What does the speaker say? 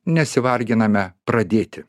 nesivarginame pradėti